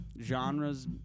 genres